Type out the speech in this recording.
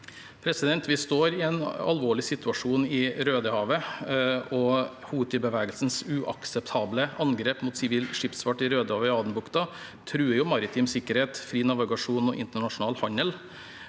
Vi står i en alvorlig situasjon i Rødehavet. Houthi-bevegelsens uakseptable angrep mot sivil skipsfart i Rødehavet og Adenbukta truer maritim sikkerhet, fri navigasjon og internasjonal handel.